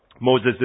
Moses